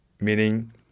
meaning